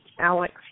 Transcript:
Alex